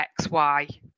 XY